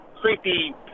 creepy